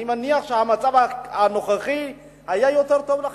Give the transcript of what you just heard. אני מניח שהמצב הנוכחי היה יותר טוב לכם,